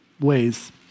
ways